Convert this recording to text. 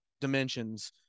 dimensions